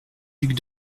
duc